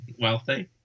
wealthy